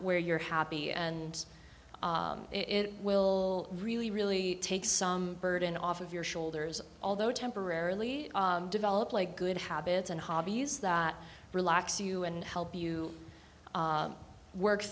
where you're happy and it will really really take some burden off of your shoulders although temporarily develop like good habits and hobbies that relax you and help you work